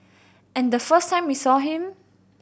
and the first time we saw him